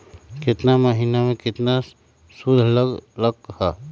केतना महीना में कितना शुध लग लक ह?